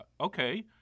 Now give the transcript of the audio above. Okay